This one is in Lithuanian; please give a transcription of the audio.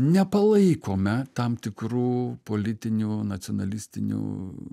nepalaikome tam tikrų politinių nacionalistinių